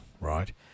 right